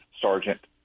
sergeant